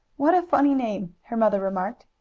what a funny name! her mother remarked.